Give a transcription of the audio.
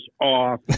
off